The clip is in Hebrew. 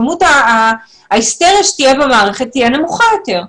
כמות ההיסטריה שתהיה במערכת תהיה נמוכה יותר.